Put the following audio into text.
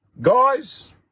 guys